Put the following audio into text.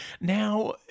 Now